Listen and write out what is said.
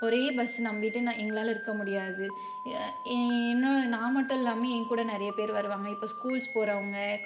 ஒரே பஸ் நம்பிகிட்டு நா எங்களால் இருக்க முடியாது என்னோ நான் மட்டும் இல்லாமே எங்கூட நிறைய பேர் வருவாங்க இப்போ ஸ்கூல்ஸ் போகிறவங்க